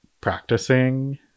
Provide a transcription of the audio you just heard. practicing